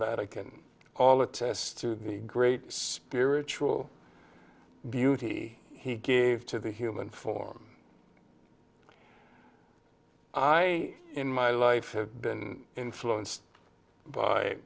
vatican all attest to the great spiritual beauty he gave to the human form i in my life have been influenced by